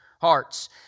hearts